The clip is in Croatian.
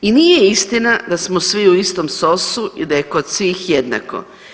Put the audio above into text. I nije istina da smo svi u istom sosu i da je kod svih jednako.